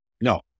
No